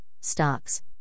stocks